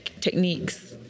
techniques